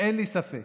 אין לי ספק